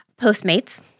Postmates